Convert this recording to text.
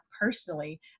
personally